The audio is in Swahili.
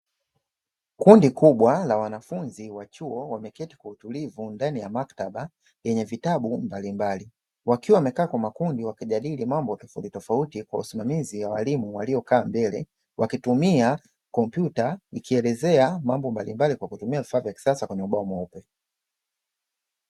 Kundi kubwa la wanafunzi wa chuo wameketi kwa utulivu ndani ya maktaba yenye vitabu mbalimbali. Wakiwa wamekaa kwa makundi wakijadili mambo tofautitofauti kwa usimamizi wa walimu waliokaa mbele. Wakitumia kompyuta ikielezea mambo mbalimbali kwa kutumia vifaa vya kisasa kwenye ubao mweupe.